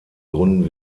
gründen